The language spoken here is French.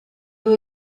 veut